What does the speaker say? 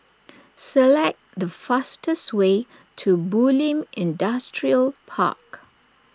select the fastest way to Bulim Industrial Park